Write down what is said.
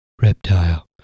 Reptile